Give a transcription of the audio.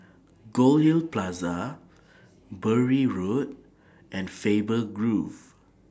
Goldhill Plaza Bury Road and Faber Grove